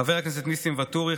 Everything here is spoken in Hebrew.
חבר הכנסת ניסים ואטורי,